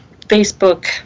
facebook